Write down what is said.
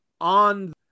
on